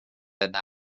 yna